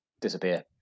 disappear